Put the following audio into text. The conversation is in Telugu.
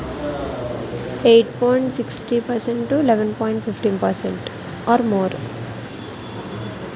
దానికి వడ్డీ ఎంత పడుతుంది?